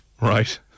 Right